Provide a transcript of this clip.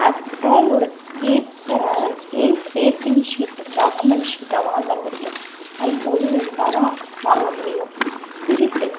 after all ஒரு பேப்பரை A three sheet document ஷீட்டை வாங்குகிறதுக்கு ஃபைவ் தௌசண்ட் இருந்தால் தான் வாங்க முடியும் திருட்டு